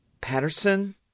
Patterson